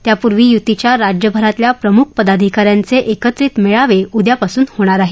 त्यापूर्वी युतीच्या राज्यभरातल्या प्रमुख पदाधिकाऱ्यांचे एकत्रित मेळावे उद्यापासून होणार आहेत